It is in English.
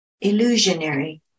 Illusionary